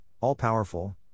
All-Powerful